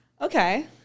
Okay